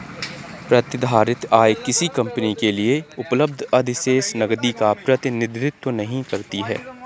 प्रतिधारित आय किसी कंपनी के लिए उपलब्ध अधिशेष नकदी का प्रतिनिधित्व नहीं करती है